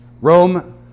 Rome